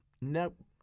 nope